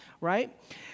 right